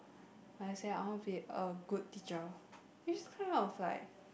I say I want be a good teacher which is kind of like